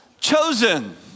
chosen